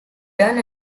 done